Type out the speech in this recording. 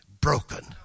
broken